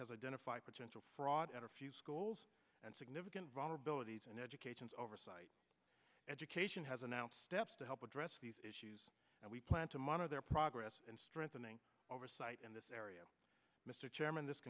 identified potential fraud in a few schools and significant vulnerabilities and educations oversight education has announced steps to help address these issues and we plan to monitor their progress in strengthening oversight in this area mr chairman